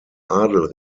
adel